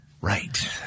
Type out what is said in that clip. Right